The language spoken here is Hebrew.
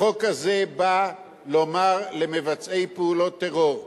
החוק הזה בא לומר למבצעי פעולות טרור: